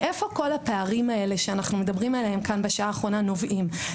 מאיפה כל הפערים האלה שאנחנו מדברים עליהם כאן בשעה האחרונה נובעים?